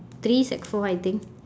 three sec four I think